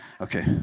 Okay